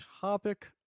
topic